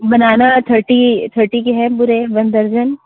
बनाना thirty thirty के हैं पूरे वन दर्जन